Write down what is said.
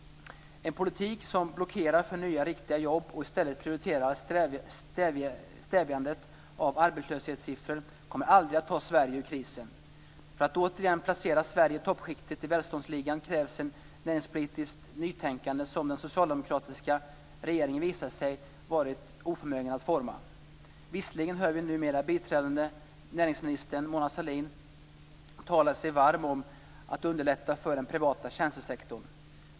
En politik som blockerar för nya riktiga jobb och i stället prioriterar stävjandet av arbetslöshetssiffrorna kommer aldrig att ta Sverige ur krisen. För att återigen placera Sverige i toppskiktet i välståndsligan krävs ett näringspolitiskt nytänkande som den socialdemokratiska regeringen visat sig oförmögen att forma. Visserligen hör vi numera biträdande näringsminister Mona Sahlin tala sig varm för att underlätta för den privata tjänstesektorn.